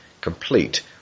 complete